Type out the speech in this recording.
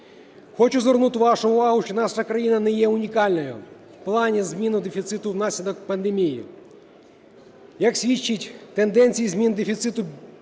Хочу звернути вашу увагу, що наша країна не є унікальною в плані зміни дефіциту внаслідок пандемії. Як свідчать тенденції зміни дефіциту бюджетів